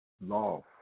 love